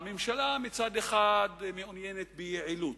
הממשלה, מצד אחד, מעוניינת ביעילות,